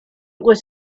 was